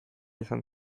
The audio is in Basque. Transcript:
izan